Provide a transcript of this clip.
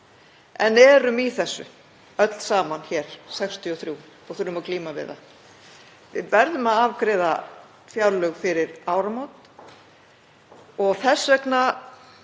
við erum í öll saman, 63, og þurfum að glíma við. Við verðum að afgreiða fjárlög fyrir áramót og þess vegna